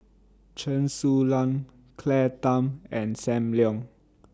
Chen Su Lan Claire Tham and SAM Leong